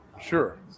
Sure